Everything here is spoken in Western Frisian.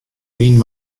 wienen